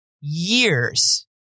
years